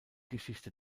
geschichte